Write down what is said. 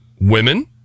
Women